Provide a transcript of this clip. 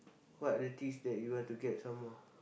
what are the things that you want to get some more